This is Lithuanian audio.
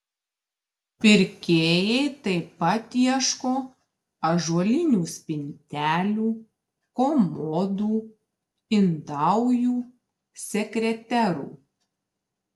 pirkėjai taip pat ieško ąžuolinių spintelių komodų indaujų sekreterų